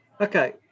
okay